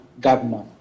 governor